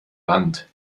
wand